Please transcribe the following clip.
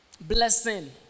blessing